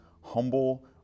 humble